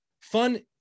Fun